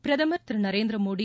பிரதமர் திரு நரேந்திரமோடி